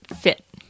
fit